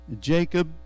Jacob